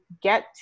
get